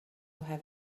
have